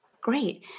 Great